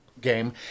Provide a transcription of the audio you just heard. game